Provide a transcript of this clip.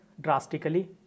Drastically